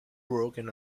broken